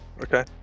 Okay